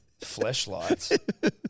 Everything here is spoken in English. fleshlights